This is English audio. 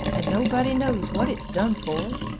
and nobody knows what it's done for.